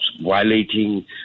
violating